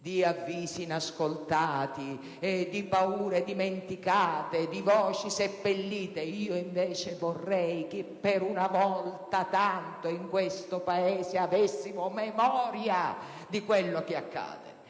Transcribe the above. di avvisi inascoltati, di paure dimenticate, di voci seppellite. Io invece vorrei che una volta tanto in questo Paese avessimo memoria di quello che accade!